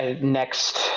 next